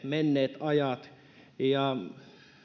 menneet ajat ja